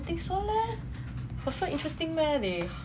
I don't think so leh got so interesting meh they